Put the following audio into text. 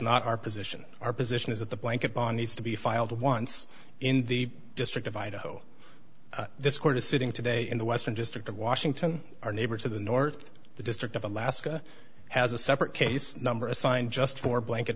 not our position our position is that the blanket ban needs to be filed once in the district of idaho this court is sitting today in the western district of washington our neighbor to the north the district of alaska has a separate case number assigned just for blanket